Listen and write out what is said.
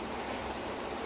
ah okay